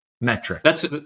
metrics